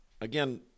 again